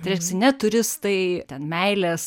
tai reiškias ne turistai ten meilės